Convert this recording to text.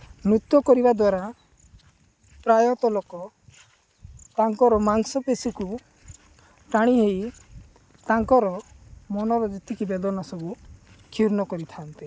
ନୃତ୍ୟ କରିବା ଦ୍ୱାରା ପ୍ରାୟତଃ ଲୋକ ତାଙ୍କର ମାଂସପେଶୀକୁ ଟାଣି ହେଇ ତାଙ୍କର ମନର ଯେତିକି ବେଦନା ସବୁକୁ କ୍ଷୁର୍ଣ୍ଣ କରିଥାନ୍ତି